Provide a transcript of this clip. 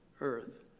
Earth